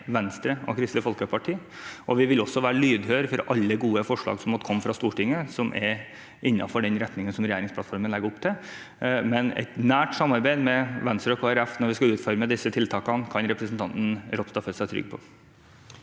Venstre og Kristelig Folkeparti, og vi vil også være lydhøre for alle gode forslag som måtte komme fra Stortinget, som er innenfor den retningen som regjeringsplattformen legger opp til. Men et nært samarbeid med Venstre og Kristelig Folkeparti når vi skal utforme disse tiltakene, kan representanten Ropstad føle seg trygg på.